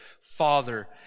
Father